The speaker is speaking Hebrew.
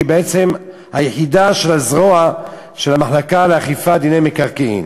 שהיא היחידה של הזרוע של המחלקה לאכיפת דיני מקרקעין.